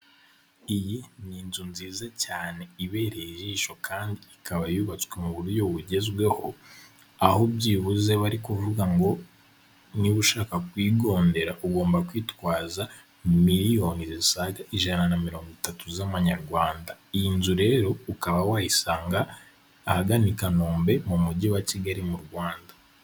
Iyi ni inzu nziza cyane ibereye ijisho kandi ikaba yubatswe mu buryo bugezweho, aho byibuze bari kuvuga ngo niba ushaka kuyigondera ugomba kwitwaza miliyoni zisaga ijana na mirongo itatu z'amanyarwanda, iyi nzu rero ukaba wayisanga ahagana i Kanombe mu mujyi wa Kigali mu Rwanda.